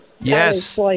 Yes